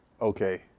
okay